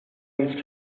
used